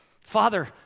Father